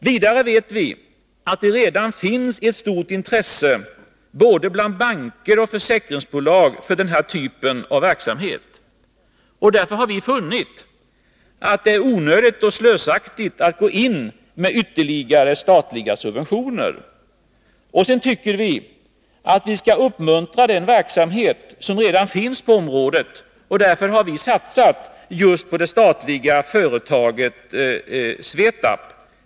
Vidare vet vi att det redan finns ett stort intresse bland både banker och försäkringsbolag för den här typen av verksamhet. Därför har vi funnit att det är onödigt och slösaktigt att gå in med ytterligare statliga subventioner. Och så tycker vi att man skall uppmuntra den verksamhet som redan finns på området, och därför har vi satsat just på det statliga företaget Svetab.